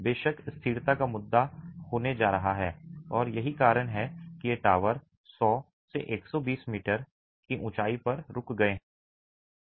बेशक स्थिरता का मुद्दा होने जा रहा है और यही कारण है कि ये टॉवर 100 120 मीटर की ऊंचाई पर रुक गए हैं